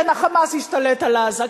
כן, ה"חמאס" השתלט על עזה.